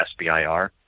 SBIR